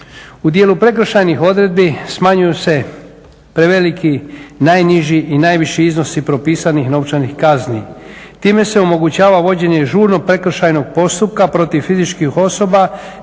U djelu prekršajnih odredbi smanjuju se preveliki, najniži i najviši iznosi propisanih novčanih kazni. Time se omogućava vođenje žurnog prekršajnog postupka protiv fizičkih osoba